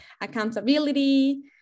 accountability